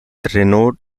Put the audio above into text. renowned